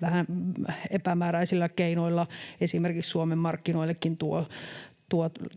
vähän epämääräisillä keinoilla esimerkiksi Suomen markkinoillekin tuovat